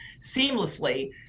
seamlessly